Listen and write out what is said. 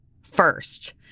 first